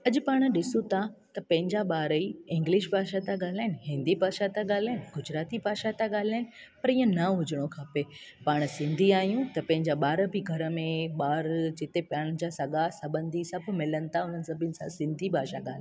अॼु पाण ॾिसूं था त पंहिंजा ॿार ई इंग्लिश भाषा था ॻाल्हाइनि हिंदी भाषा था ॻाल्हाइनि गुजराती भाषा था ॻाल्हाइनि पर ईअं न हुजिणो खपे पाण सिंधी आहियूं त पंहिंजा ॿार बि घर में ॿार जिते पाण जा सॻा संॿंधी सभु मिलनि था उन सभिनि सां सिंधी भाषा ॻाल्हाइणु